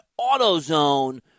AutoZone